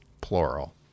plural